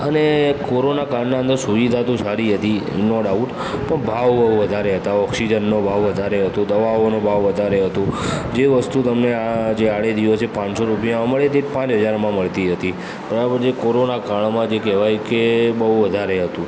અને કોરોના કાળના અંદર સુવિધા તો સારી હતી નો ડાઉટ પણ ભાવ બહુ વધારે હતા ઑક્સિજનનો ભાવ વધારે હતો દવાઓનો ભાવ વધારે હતો જે વસ્તુ તમને આ જે આડે દિવસ જે પાંચસો રૂપિયામાં મળે તે પાંચ હજારમાં મળતી હતી કોરોના કાળમાં જે કહેવાય એ બહુ વધારે હતું